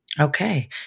Okay